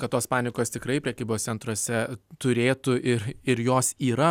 kad tos panikos tikrai prekybos centruose turėtų ir ir jos yra